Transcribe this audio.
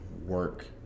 work